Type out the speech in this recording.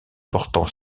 portant